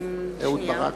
אהוד ברק.